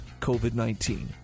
COVID-19